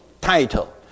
title